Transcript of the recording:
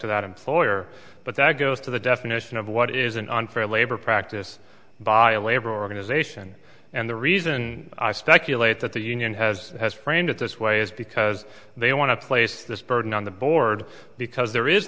to that employer but that goes to the definition of what is an unfair labor practice by a labor organization and the reason i speculate that the union has has framed it this way is because they want to place this burden on the board because there is